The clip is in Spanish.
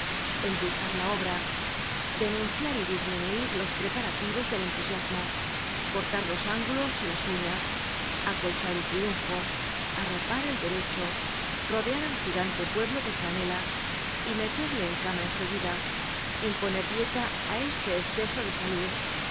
endulzar la obra denunciar y disminuir los preparativos del entusiasmo cortar los ángulos y las uñas acolchar el triunfo arropar el derecho rodear al gigante pueblo de franela y meterle en cama en seguida imponer dieta á este esceso de salud